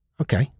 Okay